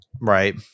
Right